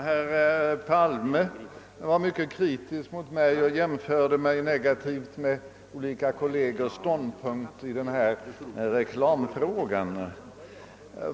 Herr talman! Herr Palme var mycket kritisk mot mig och jämförde mig negativt med olika kolleger när det gällde min ståndpunkt i reklamfrågan.